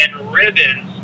ribbons